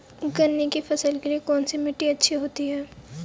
गन्ने की फसल के लिए कौनसी मिट्टी अच्छी होती है?